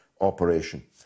operation